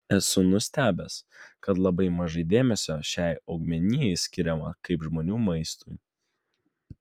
esu nustebęs kad labai mažai dėmesio šiai augmenijai skiriama kaip žmonių maistui